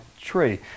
tree